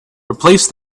replace